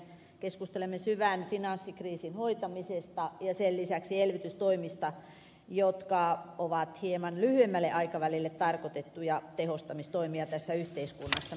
keskustelemme syvän finanssikriisin hoitamisesta ja sen lisäksi elvytystoimista jotka ovat hieman lyhyemmälle aikavälille tarkoitettuja tehostamistoimia tässä yhteiskunnassamme